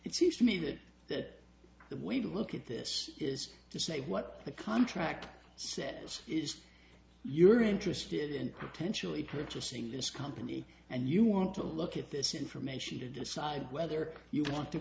it seems to me that that the way to look at this is to say what the contract says is you're interested in contentiously purchasing this company and you want to look at this information to decide whether you want to